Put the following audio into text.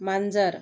मांजर